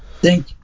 Thank